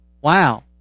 wow